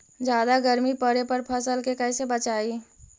जादा गर्मी पड़े पर फसल के कैसे बचाई?